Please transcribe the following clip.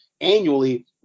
annually